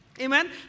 Amen